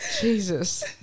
Jesus